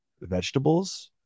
vegetables